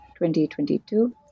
2022